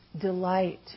delight